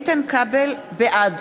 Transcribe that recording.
בעד